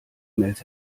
mails